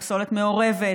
לפסולת מעורבת,